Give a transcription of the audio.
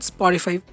Spotify